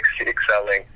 excelling